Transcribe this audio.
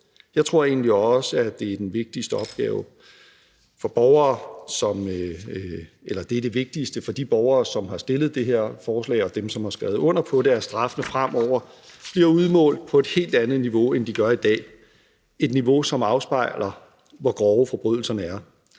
egentlig også, at det vigtigste for de borgere, som har stillet det her forslag, og dem, som har skrevet under på det, er, at straffene fremover bliver udmålt på et helt andet niveau, end de gør i dag – et niveau, som afspejler, hvor grove forbrydelserne er.